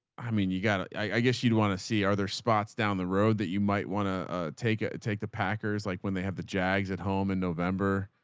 i mean, you gotta, i guess you'd want to see, are there spots down the road that you might want to take it? take the packers, like when they have the jags at home in november,